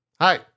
Hi